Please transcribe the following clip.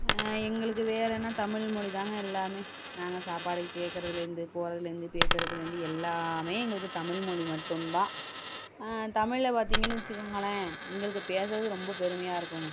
எங்களுக்கு வேறென்ன தமிழ் மொழிதாங்க எல்லாமே நாங்கள் சாப்பாடு கேட்கறதுலேந்து போறதுலேருந்து பேசுறதுலேருந்து எல்லாமே எங்களுக்கு தமிழ் மொழி மட்டும்தான் தமிழில் பார்த்திங்கன்னு வச்சுக்கோங்களேன் எங்களுக்கு பேசவே ரொம்ப பெருமையாக இருக்குங்க